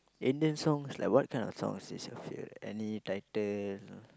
Indian songs like what kind of song is your favourite any title